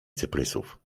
cyprysów